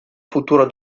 futuro